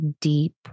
deep